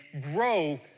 grow